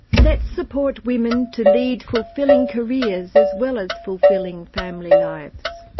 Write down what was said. let's support women to lead fulfilling careers as well as fulfilling family lives.